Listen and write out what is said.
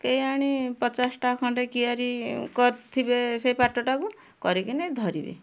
କେଆଣି ପଚାଶଟା ଖଣ୍ଡେ କିଆରୀ କରିଥିବେ ସେ ପାଟଟାକୁ କରିକିନି ଧରିବେ